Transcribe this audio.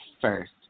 first